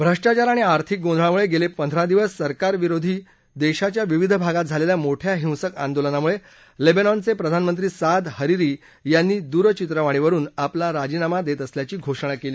भ्रष्टाचार आणि आर्थिक गोंधळामुळे गेले पंधरा दिवस सरकारविरोधी देशाच्या विविध भागात झालेल्या मोठ्या हिंसक आंदोलनामुळे लेबनॉन चे प्रधानमंत्री साद हरीरी यांनी दूरचित्रवाणीवरून आपला राजीनामा दिला